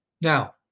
Now